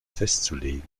festzulegen